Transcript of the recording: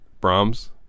Brahms